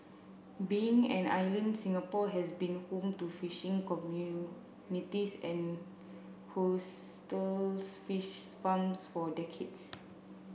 being an island Singapore has been home to fishing communities and coastal fish farms for decades